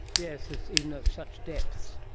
yes, even at such depths.